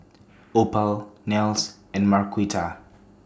Opal Nels and Marquita